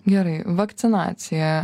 gerai vakcinacija